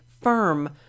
firm